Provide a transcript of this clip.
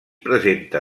presenta